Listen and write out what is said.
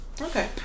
Okay